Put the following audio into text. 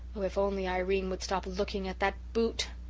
oh, if only irene would stop looking at that boot!